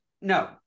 No